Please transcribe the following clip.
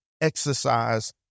exercise